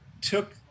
took